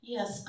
Yes